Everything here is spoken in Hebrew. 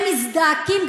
אתם מזדעקים,